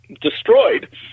destroyed